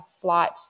flight